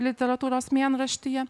literatūros mėnraštyje